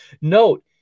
note